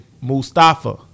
Mustafa